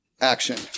action